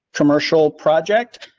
commercial project,